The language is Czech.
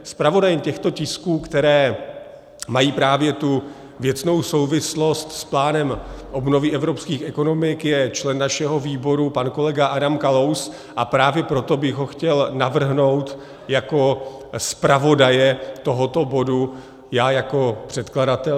Zpravodajem těchto tisků, které mají právě tu věcnou souvislost s plánem obnovy evropských ekonomik, je člen našeho výboru pan kolega Adam Kalous, a právě proto bych ho chtěl navrhnout jako zpravodaje tohoto bodu já jako předkladatel.